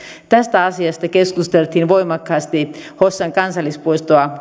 tästä asiasta keskusteltiin voimakkaasti hossan kansallispuistoa